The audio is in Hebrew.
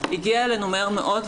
הגיע אלינו מהר מאוד,